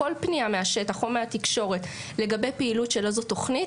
כל פנייה מהשטח או מהתקשורת לגבי פעילות של איזו תוכנית,